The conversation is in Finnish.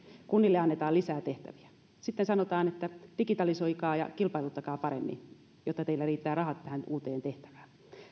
kunnille annetaan lisää tehtäviä ja sitten sanotaan että digitalisoikaa ja kilpailuttakaa paremmin jotta teillä riittää rahat tähän uuteen tehtävään